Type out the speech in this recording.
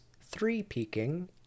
three-peaking